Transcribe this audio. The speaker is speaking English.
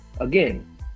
again